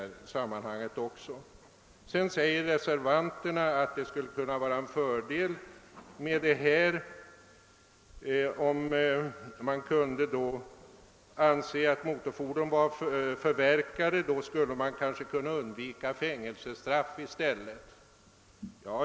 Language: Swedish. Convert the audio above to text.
Reservanterna uttalar att det skulle vara en fördel med detta på så sätt att man, om motorfordon kunde anses förverkade, kanske skulle kunna undvika att döma till fängelsestraff.